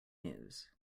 news